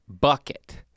bucket